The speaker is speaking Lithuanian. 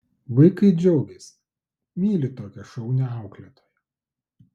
vaikai džiaugiasi myli tokią šaunią auklėtoją